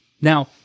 now